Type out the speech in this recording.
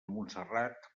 montserrat